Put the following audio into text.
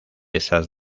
esas